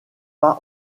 pas